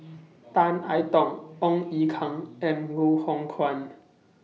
Tan I Tong Ong Ye Kung and Loh Hoong Kwan